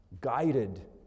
guided